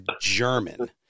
German